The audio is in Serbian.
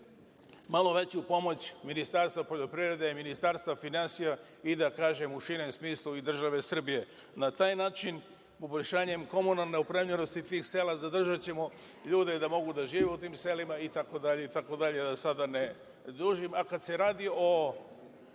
malo veću pomoć Ministarstva poljoprivrede, Ministarstva finansija i da kažem, u širem smislu, i države Srbije. Na taj način, poboljšanjem komunalne opremljenosti tih sela, zadržaćemo ljude da mogu da žive u tim selima itd, itd, da sada ne dužim. Kada se radi o